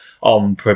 on